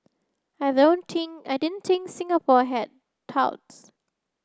I don't think I didn't think Singapore had touts